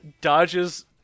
dodges